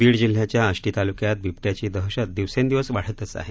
बीड जिल्ह्याच्या आष्टी तालुक्यात बिबट्याची दहशत दिवसेंदिवस वाढतच आहे